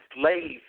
Slave